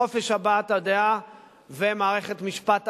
חופש הבעת הדעה ומערכת משפט עצמאית,